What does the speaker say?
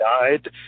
died